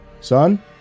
son